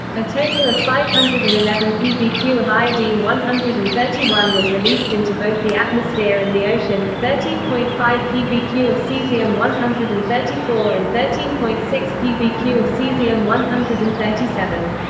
a total of five hundred and eleven pbq of iodine one hundred and thirty one was released into both the atmosphere and the ocean, thirteen point five pbq of caesium one hundred and thirty four and thirteen point six pbq of caesium one hundred and thirty seven.